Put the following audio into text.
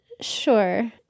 Sure